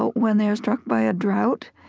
when they're struck by a drought,